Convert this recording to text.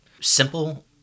Simple